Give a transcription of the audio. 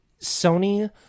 Sony